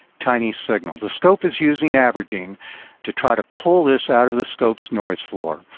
tiny signal. the scope is using averaging to try to pull this out of the scope's noise floor.